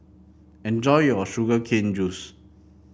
enjoy your Sugar Cane Juice